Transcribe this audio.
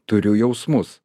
turiu jausmus